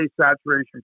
saturation